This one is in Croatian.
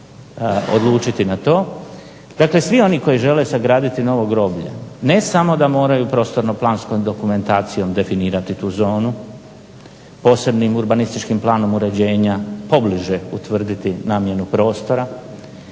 Dakle svi oni koji žele sagraditi novo groblje ne samo da moraju prostorno planskom dokumentacijom definirati tu zonu posebnim urbanističkim planom uređenja pobliže utvrditi namjenu prostora,